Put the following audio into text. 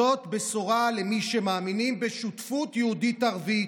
זו בשורה למי שמאמינים בשותפות יהודית-ערבית,